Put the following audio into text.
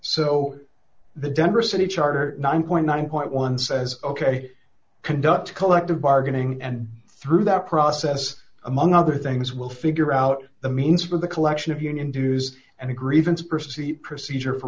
so the denver city charter nine point one point one says ok conduct collective bargaining and through that process among other things we'll figure out the means for the collection of union dues and a grievance procedure procedure for